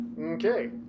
Okay